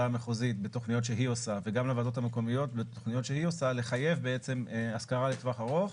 המחוזית בתוכניות שהיא עושה לחייב השכרה לטווח ארוך